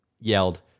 yelled